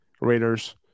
Raiders